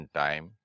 time